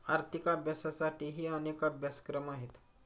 आर्थिक अभ्यासासाठीही अनेक अभ्यासक्रम आहेत